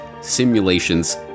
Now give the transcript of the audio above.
simulations